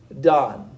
done